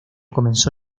comenzó